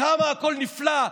כמה הכול נפלא,